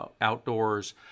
outdoors